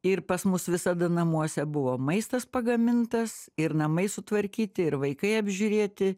ir pas mus visada namuose buvo maistas pagamintas ir namai sutvarkyti ir vaikai apžiūrėti